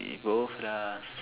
we both lah